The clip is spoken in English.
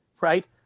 right